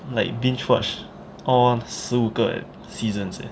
like binge watch all 四五个 seasons eh